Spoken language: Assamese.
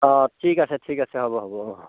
অ' ঠিক আছে ঠিক আছে হ'ব হ'ব অ'